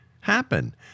happen